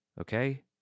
okay